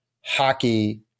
hockey